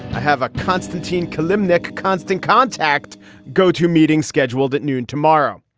have a constantine clinic constantcontact go to meetings scheduled at noon tomorrow.